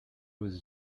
was